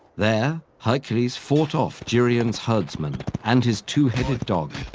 there, hercules fought off geryon's herdsman and his two-headed dog,